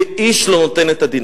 ואיש לא נותן את הדין.